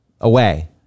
away